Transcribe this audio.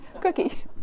cookie